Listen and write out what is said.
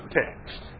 text